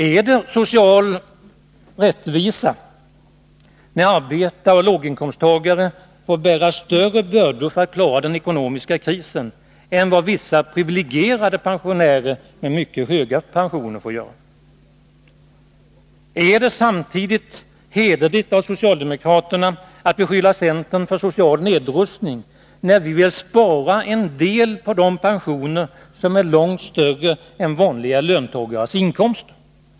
Är det social rättvisa när arbetare och låginkomsttagare får bära större bördor för att klara den ekonomiska krisen än vad vissa priviligierade pensionärer med mycket höga pensioner får göra? Är det hederligt av socialdemokraterna att samtidigt beskylla centern för social nedrustning när vi vill spara en del på de pensioner som är långt större än vanliga löntagares inkomster?